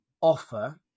offer